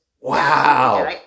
Wow